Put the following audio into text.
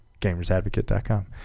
gamersadvocate.com